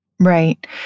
Right